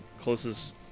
Closest